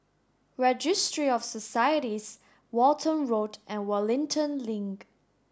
Registry of Societies Walton Road and Wellington Link